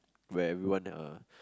where everyone uh